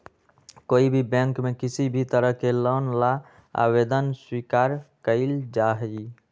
कोई भी बैंक में किसी भी तरह के लोन ला आवेदन स्वीकार्य कइल जाहई